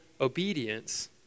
obedience